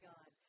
God